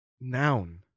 Noun